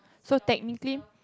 so technically